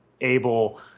able